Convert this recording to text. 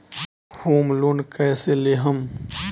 Home loan कैसे लेहम?